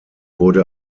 wurde